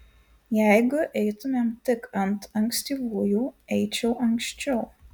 jeigu eitumėm tik ant ankstyvųjų eičiau anksčiau